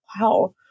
Wow